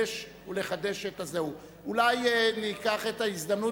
אולי ניקח את ההזדמנות